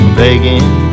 begging